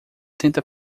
tenta